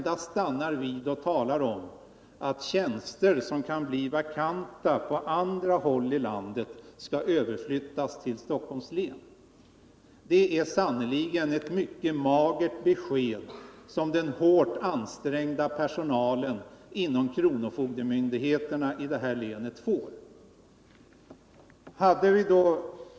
Där talar man endast om att tjänster som kan bli vakanta på andra håll i landet skall överflyttas till Stockholms län. Det är sannerligen ett mycket magert besked som den hårt ansträngda personalen inom kronofogdemyndigheterna i det här länet får.